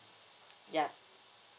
yup